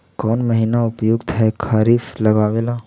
कौन महीना उपयुकत है खरिफ लगावे ला?